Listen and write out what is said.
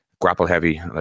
grapple-heavy